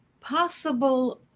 possible